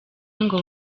ngo